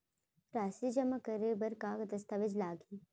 राशि जेमा करे बर का दस्तावेज लागही?